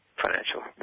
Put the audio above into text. financial